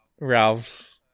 Ralph's